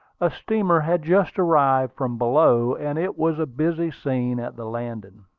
a steamer had just arrived from below, and it was a busy scene at the landing.